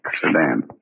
sedan